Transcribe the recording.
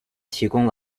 提供